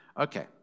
Okay